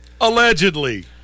Allegedly